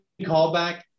callback